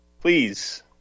Please